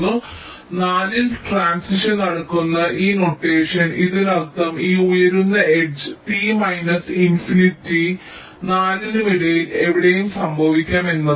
4 ൽ ട്രാന്സിഷൻ നടക്കുന്ന ഈ നൊട്ടേഷൻ ഇതിനർത്ഥം ഈ ഉയരുന്ന എഡ്ജ് t മൈനസ് ഇൻഫിനിറ്റിക്കും 4 നും ഇടയിൽ എവിടെയും സംഭവിക്കാം എന്നാണ്